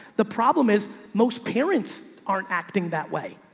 the problem is most parents aren't acting that way,